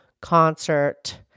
concert